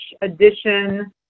edition